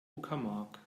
uckermark